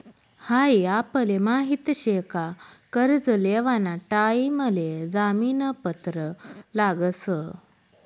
हाई आपले माहित शे का कर्ज लेवाना टाइम ले जामीन पत्र लागस